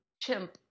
chimp